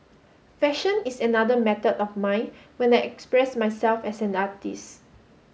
fashion is another method of mine when I express myself as an artist